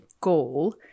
goal